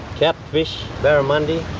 catfish, barramundi,